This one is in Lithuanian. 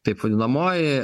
taip vadinamoji